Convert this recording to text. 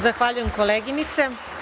Zahvaljujem, koleginice.